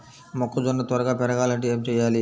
మొక్కజోన్న త్వరగా పెరగాలంటే ఏమి చెయ్యాలి?